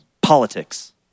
politics